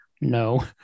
No